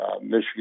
Michigan